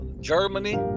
Germany